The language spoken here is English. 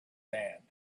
hand